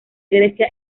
grecia